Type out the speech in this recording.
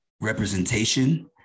representation